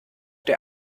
der